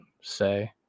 say